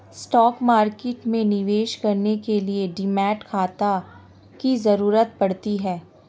stock market में निवेश करने के लिए डीमैट खाता की जरुरत पड़ती है